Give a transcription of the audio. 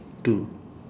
two